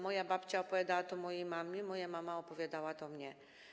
Moja babcia opowiadała to mojej mamie, moja mama opowiadała to mnie.